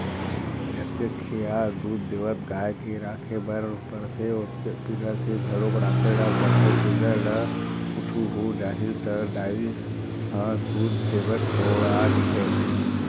जतके खियाल दूद देवत गाय के राखे बर परथे ओतके पिला के घलोक राखे ल परथे पिला ल कुछु हो जाही त दाई ह दूद देबर छोड़ा देथे